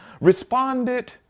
responded